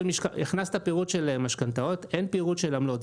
הכנסת פירוט של משכנתאות, אין פירוט של עמלות.